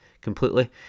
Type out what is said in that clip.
completely